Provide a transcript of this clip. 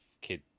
kid